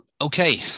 okay